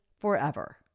forever